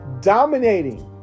Dominating